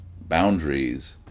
boundaries